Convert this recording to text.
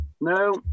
No